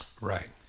Right